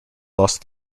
lost